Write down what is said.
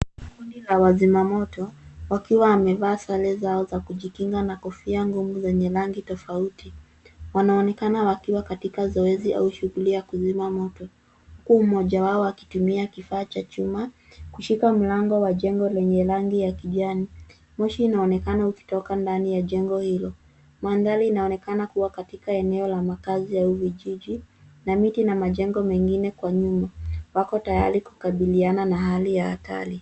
Kundi la wazima moto, wakiwa wamevaa sare zao za kujikinga na kofia ngumu zenye rangi tofauti. Wanaonekana wakiwa katika zoezi au shughuli ya kuzima moto, huku mmoja wao akitumia kifaa cha chuma, kushika mlango wa jengo lenye rangi ya kijani. Moshi unaonekana ukitoka ndani ya jengo hilo. Mandhari inaonekana kua katika eneo la makazi ya vijiji, na miti na majengo mengine kwa nyuma. Wako tayari kukabiliana na hali ya hatari.